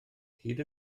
hyd